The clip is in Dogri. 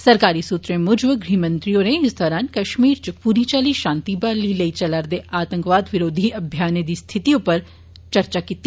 सरकारी सूत्रें मूजब गृहमंत्री होरें इस दौरान कष्मीर च पूरी चाल्ली षांति ब्हाली लेई चला'रदे आतंकवाद बरोधी अभियानें दी स्थिति उप्पर चर्चा कीती